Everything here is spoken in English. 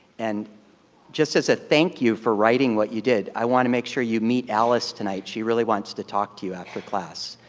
and just as a thank you for writing what you did, i want to make sure you meet alice tonight. she really wants to talk to you after class.